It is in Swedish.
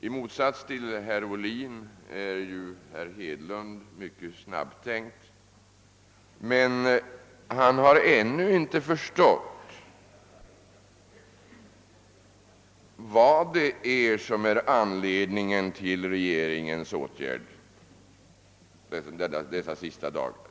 I motsats till herr Ohlin är ju herr Hedlund mycket snabbtänkt, men han har ännu inte förstått vad det är som är anledningen till regeringens åtgärd dessa sista dagar.